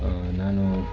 ನಾನು